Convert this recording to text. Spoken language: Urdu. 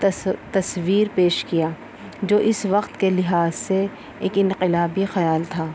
تصویر پیش کیا جو اس وقت کے لحاظ سے ایک انقلابی خیال تھا